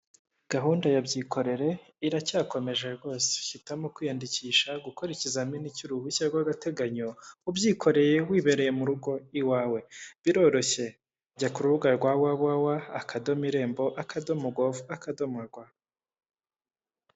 Gahunda ya byikorere iracyakomeje rwose, hitamo kwiyandikisha gukora ikizamini cy'uruhushya rw'agateganyo ubyikoreye wibereye mu rugo iwawe bikoroshye, jya ku rubuga rwa www. irembo.gov.rw.